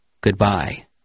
Goodbye